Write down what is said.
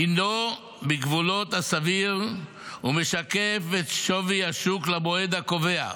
הינו בגבולות הסביר ומשקף את שווי השוק למועד הקובע.